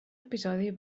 episodi